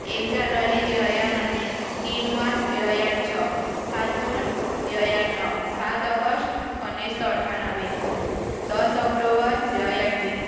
ଏକ ଜାନୁଆରୀ ଦୁଇହଜାର ଉନେଇଶି ତିନି ମାର୍ଚ୍ଚ ଦୁଇହଜାର ଛଅ ସାତ ଜୁନ୍ ଦୁଇହଜାରନଅ ସାତ ଅଗଷ୍ଟ ଉନେଇଶହ ଅଠାନବେ ଦଶ ଅକ୍ଟୋବର ଦୁଇହଜାରଦୁଇ